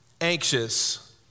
anxious